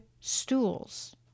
stools